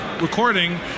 recording